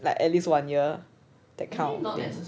like at least one year that kind of thing